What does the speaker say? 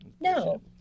no